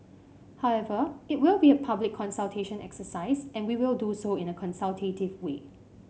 however it will be a public consultation exercise and we will do so in a consultative way